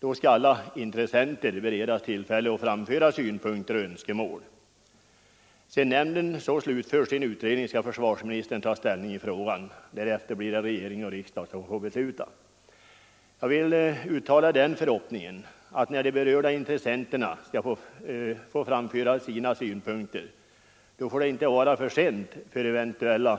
Då skall alla intressenter beredas tillfälle att framföra synpunkter och önskemål. Sedan nämnden slutfört sin utredning skall försvarsministern ta ställning i frågan. Därefter blir det regering och riksdag som får besluta. Jag vill uttala den förhoppningen att det inte är för sent för eventuella